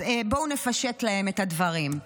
אז בואו נפשט להם את הדברים.